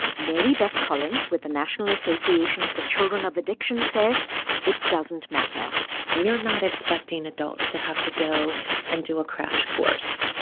mary beth collins with the national association for children of addiction says it doesn't matter we are not expecting adults to have to go and do a crash course.